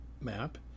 MAP